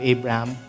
Abraham